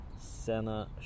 senna